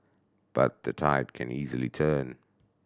but the tide can easily turn